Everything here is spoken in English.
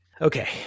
Okay